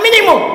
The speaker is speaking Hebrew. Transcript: המינימום,